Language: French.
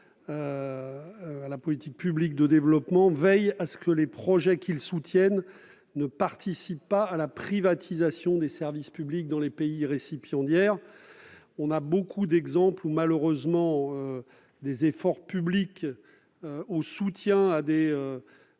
à la politique publique de développement veillent à ce que les projets qu'ils soutiennent ne participent pas à la privatisation des services publics dans les pays récipiendaires. Les exemples sont nombreux d'efforts publics ou de soutiens à des